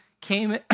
came